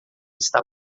está